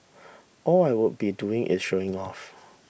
all I would be doing is showing off